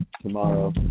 Tomorrow